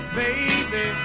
baby